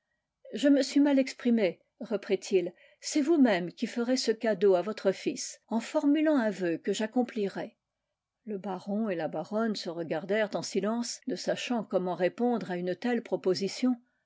je me suis mal exprimé reprit-il c'est vousmême qui ferez ce cadeau à votre fils en formujant un vœu que j'accomplirai le baron et la baronne se regardèrent en silence ne sachant comment répondre à une telle proposition